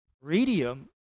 radium